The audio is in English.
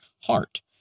heart